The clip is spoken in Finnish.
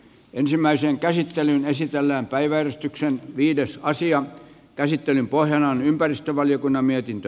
ensimmäisen käsittelyn esitellään päiväystyksen viides asian käsittelyn pohjana on ympäristövaliokunnan mietintö